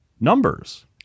numbers